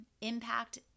impact